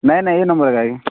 ନାଇଁ ନାଇଁ ଏଇ ନମ୍ବର୍ରେ ଆଜ୍ଞା